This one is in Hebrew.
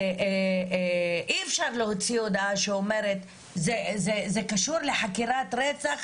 אי אפשר להוציא הודעה שאומרת זה קשור לחקירת רצח.